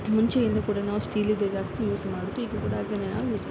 ಮುಂಚೆಯಿಂದ ಕೂಡ ನಾವು ಸ್ಟೀಲಿನದೆ ಜಾಸ್ತಿ ಯೂಸ್ ಮಾಡುವುದು ಈಗ ಕೂಡ ಅದನ್ನೇ ನಾವು ಯೂಸ್ ಮಾಡೋದು